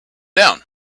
down